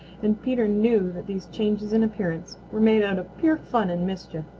and peter knew that these changes in appearance were made out of pure fun and mischief.